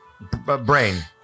brain